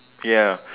ya